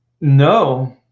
No